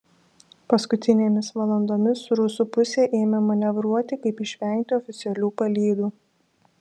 paskutinėmis valandomis rusų pusė ėmė manevruoti kaip išvengti oficialių palydų